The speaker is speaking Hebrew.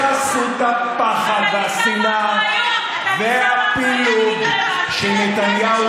בחסות הפחד והשנאה, אתה תישא באחריות.